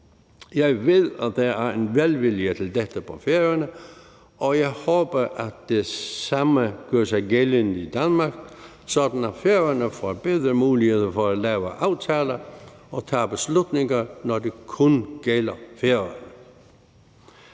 Jeg ved, at der er en velvilje til dette på Færøerne, og jeg håber, at det samme gør sig gældende i Danmark, sådan at Færøerne får bedre muligheder for at lave aftaler og tage beslutninger, når det kun gælder Færøerne.